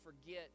forget